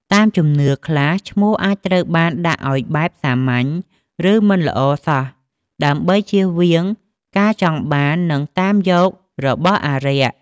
តាមជំនឿខ្លះ ឈ្មោះអាចត្រូវបានដាក់អោយបែបសាមញ្ញ ឬ មិនល្អសោះ ដើម្បីជៀសវាងការចង់បាន និងតាមយករបស់អារក្ស។